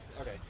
Okay